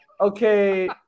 Okay